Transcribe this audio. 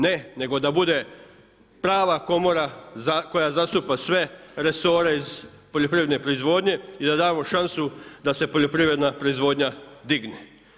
Ne, nego da bude prava komora koja zastupa sve resore iz poljoprivredne proizvodnje i da damo šansu da se poljoprivredna proizvodnja digne.